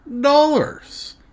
dollars